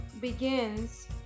begins